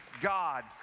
God